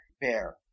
Bear